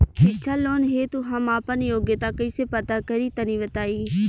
शिक्षा लोन हेतु हम आपन योग्यता कइसे पता करि तनि बताई?